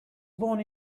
born